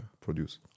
produce